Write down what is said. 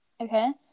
Okay